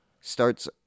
starts